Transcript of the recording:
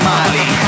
Molly